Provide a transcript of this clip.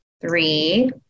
three